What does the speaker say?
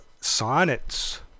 Sonnets